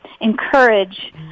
encourage